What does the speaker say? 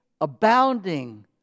abounding